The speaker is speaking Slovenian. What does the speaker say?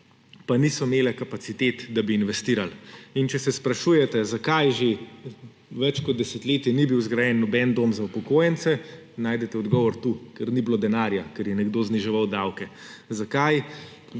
pa niso imele kapacitet, da bi investirali. In če se sprašujete, zakaj že več kot desetletje ni bil zgrajen noben dom za upokojence, najdete odgovor tu – ker ni bilo denarja, ker je nekdo zniževal davke. Zakaj